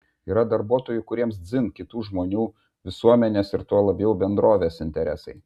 yra darbuotojų kuriems dzin kitų žmonių visuomenės ir tuo labiau bendrovės interesai